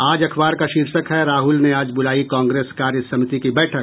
आज अखबार का शीर्षक है राहुल ने आज बुलाई कांग्रेस कार्यसमिति की बैठक